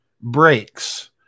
breaks